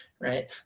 right